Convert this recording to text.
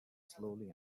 slowly